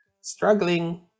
struggling